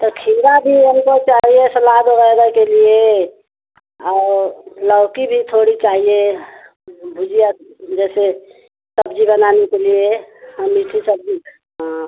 तो खीरा भी हमको चाहिए सलाद वगैरह के लिए और लौकी भी थोड़ी चाहिए भुजिया जैसे सब्जी बनाने के लिए हाँ मीठी सब्जी हाँ